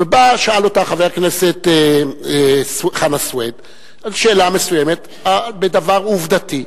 ובא ושאל חבר הכנסת חנא סוייד שאלה מסוימת בדבר עובדתי.